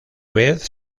vez